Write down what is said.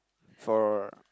for